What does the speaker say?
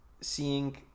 seeing